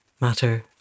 Matter